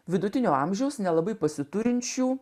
vidutinio amžiaus nelabai pasiturinčių